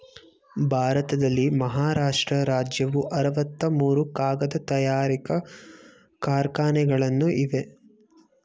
ಭಾರತದಲ್ಲಿ ಮಹಾರಾಷ್ಟ್ರ ರಾಜ್ಯವು ಅರವತ್ತ ಮೂರು ಕಾಗದ ತಯಾರಿಕಾ ಕಾರ್ಖಾನೆಗಳನ್ನು ಇವೆ